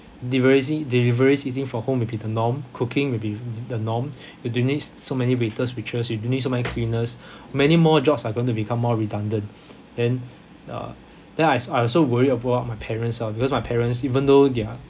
deliveries deliveries eating for home will be the norm cooking will be the norm you don't need so many waiters waitress you don't need so many cleaners many more jobs are going to become more redundant then uh then I also I also worry about my parents lah because my parents even though they're